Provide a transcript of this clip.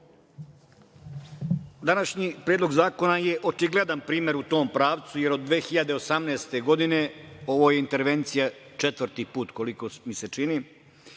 predlog zakona je očigledan primer u tom pravcu, jer od 2018. godine ovo je intervencija četvrti put, koliko mi se čini,